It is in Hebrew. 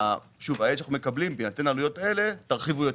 אני מניח שהרבה יבחרו מסלול של הקופות כי מנחי שהוא יהיה הרבה